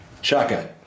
Shotgun